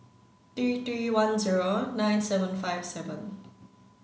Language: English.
three three one zero nine seven five seven